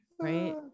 Right